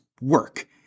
work